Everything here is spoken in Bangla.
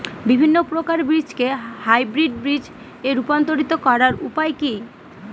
বিভিন্ন প্রকার বীজকে হাইব্রিড বীজ এ রূপান্তরিত করার উপায় কি?